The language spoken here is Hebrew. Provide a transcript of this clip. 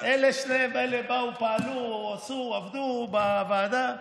אלה באו, פעלו, עשו ועבדו בוועדה.